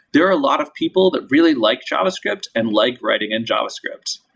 there are a lot of people that really like javascript and like writing in javascript.